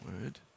word